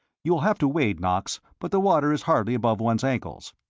you will have to wade, knox, but the water is hardly above one's ankles.